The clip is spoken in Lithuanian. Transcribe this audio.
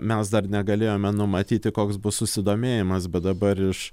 mes dar negalėjome numatyti koks bus susidomėjimas bet dabar iš